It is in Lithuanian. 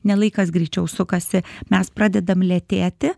ne laikas greičiau sukasi mes pradedam lėtėti